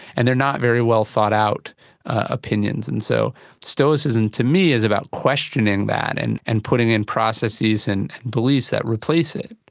and they are not very well thought out opinions. and so stoicism to me is about questioning that and and putting in processes and beliefs that replace it.